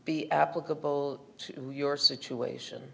be applicable to your situation